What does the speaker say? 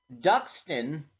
Duxton